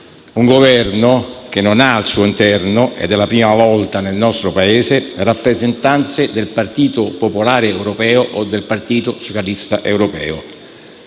un Governo che non ha al suo interno, ed è la prima volta nel nostro Paese, le rappresentanze del Partito popolare europeo o del Partito socialista europeo.